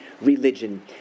religion